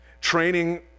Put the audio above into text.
Training